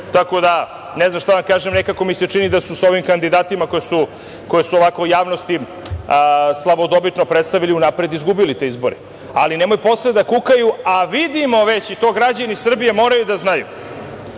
niko sa njim da ide na izbore. Nekako mi se čini da su sa ovim kandidatima koje su u javnosti slavodobitno predstavili unapred izgubili te izbore. Ali, nemoj posle da kukaju. Mi vidimo već, to građani Srbije moraju da znaju,